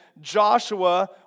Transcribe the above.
Joshua